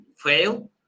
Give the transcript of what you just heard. fail